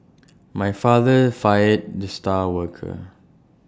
my father fired the star worker